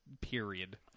period